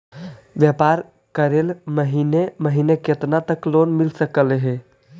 व्यापार करेल महिने महिने केतना तक लोन मिल सकले हे?